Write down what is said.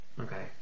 Okay